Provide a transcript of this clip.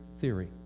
theory